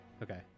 Okay